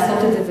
לעשות את זה,